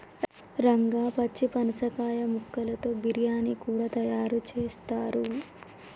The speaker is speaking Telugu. రంగా పచ్చి పనసకాయ ముక్కలతో బిర్యానీ కూడా తయారు చేస్తారు